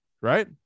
right